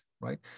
right